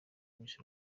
miss